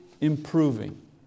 improving